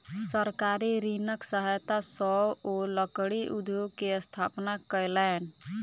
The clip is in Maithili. सरकारी ऋणक सहायता सॅ ओ लकड़ी उद्योग के स्थापना कयलैन